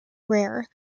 rare